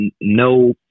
no